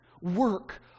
work